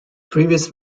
previous